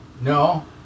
No